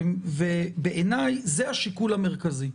בעיניי זה השיקול המרכזי.